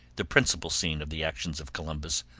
the principal scene of the actions of columbus,